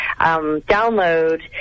download